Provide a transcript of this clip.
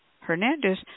Hernandez